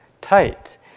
tight